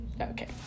Okay